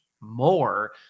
more